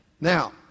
Now